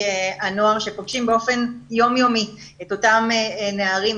הנוער שפוגשים באופן יום יומי את אותם נערים,